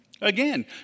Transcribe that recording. again